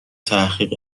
تحقیق